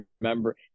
remember